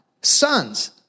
sons